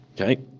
Okay